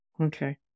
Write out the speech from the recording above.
Okay